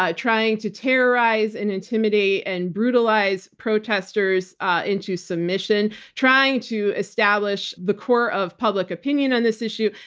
ah trying to terrorize, and intimidate, and brutalize protestors into submission, trying to establish the court of public opinion on this issue,